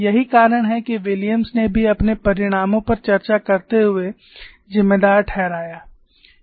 यही कारण है कि विलियम्स ने भी अपने परिणामों पर चर्चा करते हुए जिम्मेदार ठहराया